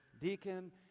deacon